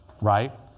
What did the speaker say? right